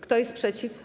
Kto jest przeciw?